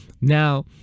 Now